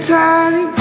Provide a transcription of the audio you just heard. time